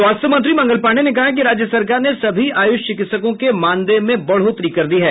स्वास्थ्य मंत्री मंगल पांडेय ने कहा है कि राज्य सरकार ने सभी आयुष चिकित्सकों के मानदेय में बढ़ोतरी कर दी है